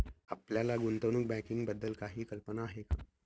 आपल्याला गुंतवणूक बँकिंगबद्दल काही कल्पना आहे का?